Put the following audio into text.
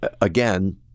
again